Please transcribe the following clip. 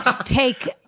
take